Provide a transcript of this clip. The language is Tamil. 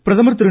பிரதமர் திரு